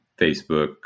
Facebook